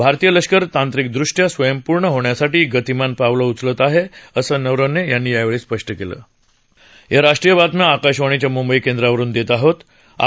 भारतीय लष्कर तांत्रिकदृष्ट्या स्वयंपूर्ण होण्यासाठी गतिमान पावलं उचलत आहे असं नरवणे यांनी म्हटलं आहे